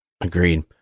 Agreed